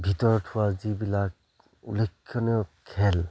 ভিতৰত হোৱা যিবিলাক উল্লেখনীয় খেল